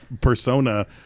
persona